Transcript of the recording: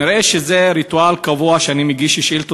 כנראה זה ריטואל קבוע שאני מגיש שאילתות